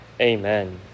Amen